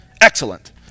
Excellent